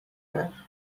her